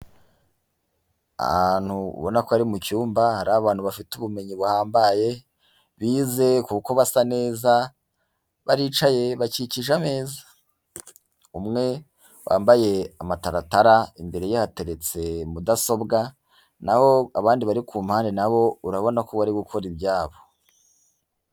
Ahantu ubona ko ari mu cyumba, hari abantu bafite ubumenyi buhambaye, bize kuko basa neza, baricaye bakikije ameza. Umwe wambaye amataratara imbere ye hateretse mudasobwa, naho abandi bari ku mpande na bo urabona ko bari gukora ibyabo.